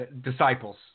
disciples